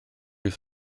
wrth